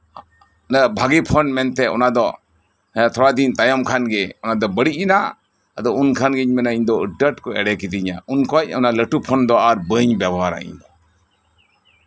ᱵᱷᱟᱹᱜᱤ ᱯᱷᱳᱱ ᱢᱮᱱᱛᱮ ᱚᱱᱟ ᱫᱚ ᱟᱨᱚ ᱛᱷᱚᱲᱟ ᱫᱤᱱ ᱛᱟᱭᱚᱢ ᱠᱷᱟᱱᱜᱮ ᱟᱫᱚ ᱵᱟᱹᱲᱤᱡ ᱮᱱᱟ ᱩᱱ ᱠᱷᱟᱱᱜᱮᱧ ᱢᱮᱱᱟ ᱟᱹᱰᱤ ᱟᱸᱴ ᱠᱚ ᱮᱲᱮ ᱠᱤᱫᱤᱧᱟ ᱩᱱ ᱠᱷᱚᱱ ᱞᱟᱹᱴᱩ ᱯᱷᱳᱱ ᱫᱚ ᱟᱨ ᱵᱟᱹᱧ ᱵᱮᱵᱚᱦᱟᱨ ᱤᱧ